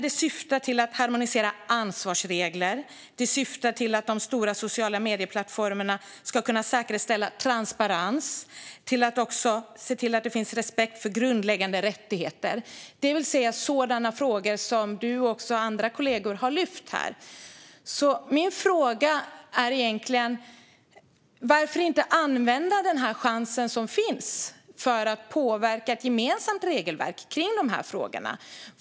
Det syftar till att harmonisera ansvarsregler, att de stora sociala medieplattformarna ska kunna säkerställa transparens och att det finns respekt för grundläggande rättigheter - det vill säga sådana frågor som Mikael Strandman och andra kollegor har tagit upp här. Min fråga är: Varför inte utnyttja den chans som finns för att påverka ett gemensamt regelverk kring de här frågorna?